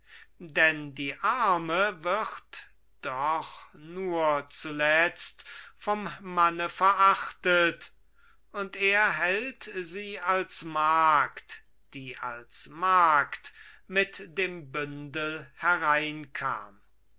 denn die arme wird doch nur zuletzt vom manne verachtet und er hält sie als magd die als magd mit dem bündel hereinkam